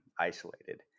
isolated